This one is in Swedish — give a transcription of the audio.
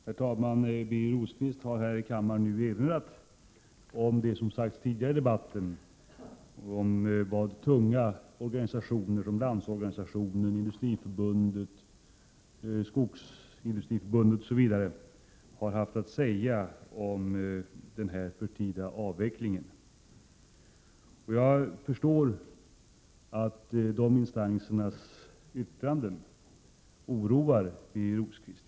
Herr talman! Birger Rosqvist har nu här i kammaren erinrat om det som framhållits tidigare i debatten — vad tunga organisationer som Landsorganisationen, Industriförbundet, Skogsindustriförbundet osv. har haft att säga om den förtida avvecklingen. Jag förstår att de instansernas yttranden oroar Birger Rosqvist.